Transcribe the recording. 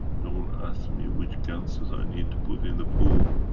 don't ask me which ganses i need to put in the pool.